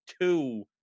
two